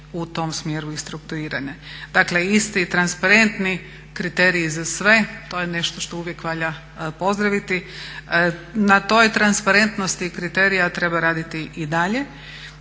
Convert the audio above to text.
u tom smjeru i strukturirane. Dakle isti transparentni kriteriji za sve, to je nešto što uvijek valja pozdraviti. Na toj transparentnosti kriterija treba raditi i dalje